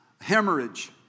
hemorrhage